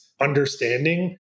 understanding